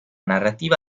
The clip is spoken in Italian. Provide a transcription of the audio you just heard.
narrativa